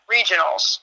Regionals